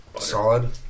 Solid